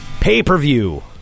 Pay-per-view